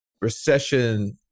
recession